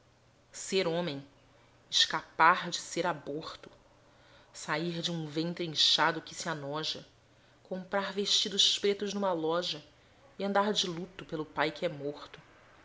ser homem escapar de ser aborto sair de um vente inchado que se anoja comprar vestidos pretos numa loja e andar de luto pelo pai que é morto